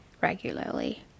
regularly